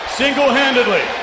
single-handedly